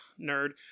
nerd